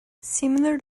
similar